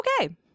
okay